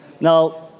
Now